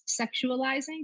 sexualizing